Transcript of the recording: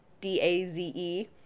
D-A-Z-E